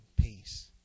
peace